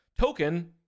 token